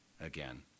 again